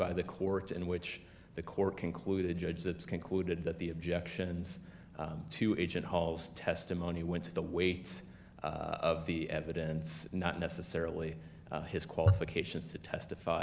by the court in which the court concluded judge that is concluded that the objections to agent hall's testimony went to the weight of the evidence not necessarily his qualifications to testify